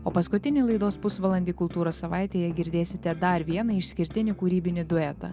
o paskutinį laidos pusvalandį kultūros savaitėje girdėsite dar vieną išskirtinį kūrybinį duetą